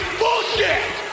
bullshit